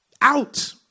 out